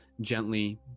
gently